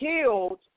killed